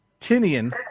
Tinian